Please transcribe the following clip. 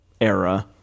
Era